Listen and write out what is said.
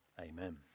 amen